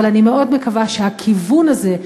אבל אני מאוד מקווה שהכיוון הזה,